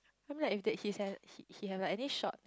I mean like if that he said he he has like I think short